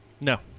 No